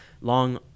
long